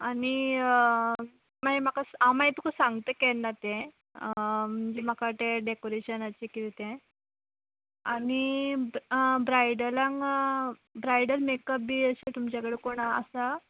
आनी मागीर म्हाका हांव मागीर तुका सांगता केन्ना तें म्हणजे म्हाका तें डेकोरेशनाचें किदें तें आनी ब्रायडलांक ब्रायडल मेकअप बी अशे तुमच्या कडेन कोण आसा